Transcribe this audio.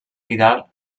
vidal